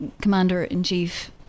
commander-in-chief